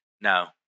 no